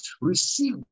Receive